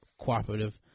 cooperative